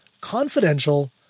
Confidential